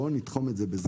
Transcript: בואו נתחום את זה בזמן.